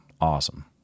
awesome